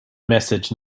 message